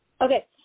Okay